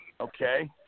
Okay